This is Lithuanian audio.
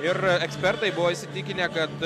ir ekspertai buvo įsitikinę kad